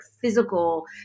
physical